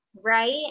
right